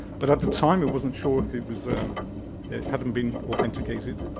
but at the time it wasn't sure if it was a it hadn't been authenticated.